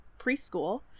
preschool